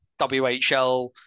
WHL